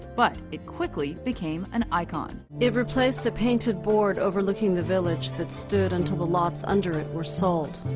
but it quickly became an icon. it replaced a painted board overlooking the village that stood until the lots under it were sold.